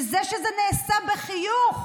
וזה שזה נעשה בחיוך,